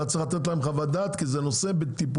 אתה צריך לתת להם חוות דעת כי זה נושא בטיפולך,